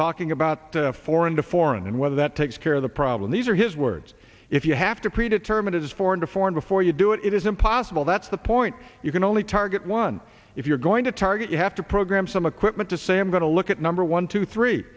talking about foreign to foreign and whether that takes care of the problem these are his words if you have to predetermine is foreign to foreign before you do it it is impossible that's the point you can only target one if you're going to target you have to program some equipment to say i'm going to look at number one two three